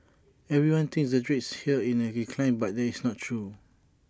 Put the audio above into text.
everyone thinks the trades here are in the decline but this is not true